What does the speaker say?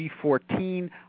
G14